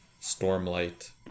Stormlight